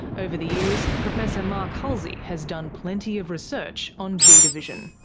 over the years, professor mark halsey has done plenty of research on g division.